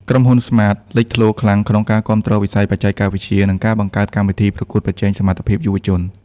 ក្រុមហ៊ុន ស្មាត (Smart) លេចធ្លោខ្លាំងក្នុងការគាំទ្រវិស័យបច្ចេកវិទ្យា និងការបង្កើតកម្មវិធីប្រកួតប្រជែងសមត្ថភាពយុវជន។